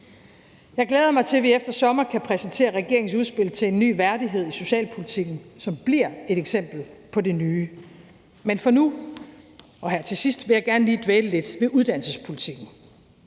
Jeg glæder mig til, at vi efter sommeren kan præsentere regeringens udspil til en ny værdighed i socialpolitikken, som bliver et eksempel på det nye. Men for nu og her til sidst vil jeg gerne lige dvæle lidt ved uddannelsespolitikken.